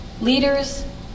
Leaders